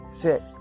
fit